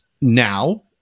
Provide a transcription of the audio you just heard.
now